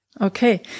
Okay